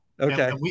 Okay